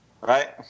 Right